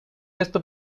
esto